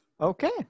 okay